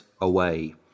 away